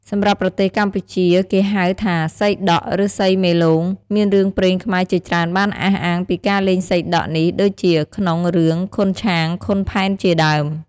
សម្រាប់ប្រទេសកម្ពុជាគេហៅថាសីដក់ ឬ សីមេលោង មានរឿងព្រេងខ្មែរជាច្រើនបានអះអាងពីការលេងសីដក់នេះដូចជាក្នុង រឿងឃុនឆាង-ឃុនផែនជាដើម។